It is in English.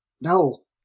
no